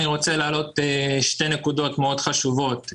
אני רוצה להעלות שתי נקודות מאוד חשובות,